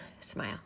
smile